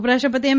ઉપરાષ્ટ્રપતિ એમ